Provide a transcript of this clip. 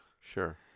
Sure